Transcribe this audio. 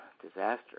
disaster